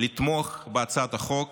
לתמוך בהצעת החוק